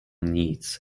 needs